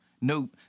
No